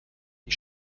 die